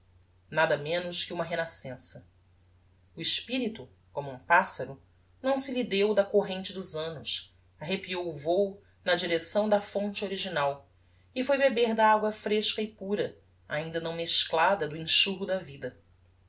nada menos que uma renascença o espirito como um passaro não se lhe deu da corrente dos annos arrepiou o vôo na direcção da fonte original e foi beber da agua fresca e pura ainda não mesclada do enxurro da vida